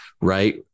right